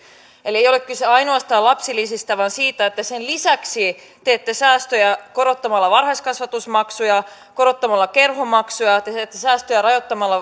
eli ei ole kyse ainoastaan lapsilisistä vaan siitä että sen lisäksi teette säästöjä korottamalla varhaiskasvatusmaksuja korottamalla kerhomaksuja te teette säästöjä rajoittamalla